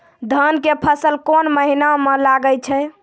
धान के फसल कोन महिना म लागे छै?